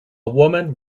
woman